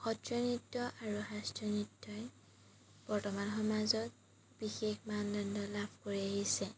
সত্ৰীয়া নৃত্য আৰু শাস্ত্ৰীয় নৃত্যই বৰ্তমান সমাজত বিশেষ মানদণ্ড লাভ কৰি আহিছে